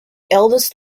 eldest